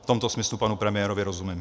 V tomto smyslu panu premiérovi rozumím.